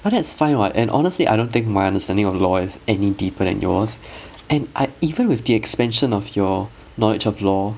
but that's fine [what] and honestly I don't think my understanding of law is any deeper than yours and even with the expansion of your knowledge of law